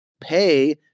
pay